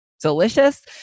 delicious